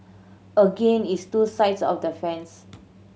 again it's two sides of the fence